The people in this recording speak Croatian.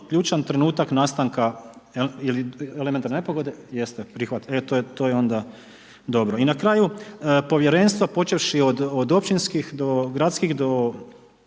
ključan trenutak nastanka elementarne nepogode, jeste, prihvati. E, to je onda dobro. I na kraju, Povjerenstvo počevši od općinskih do gradskih, do